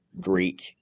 Greek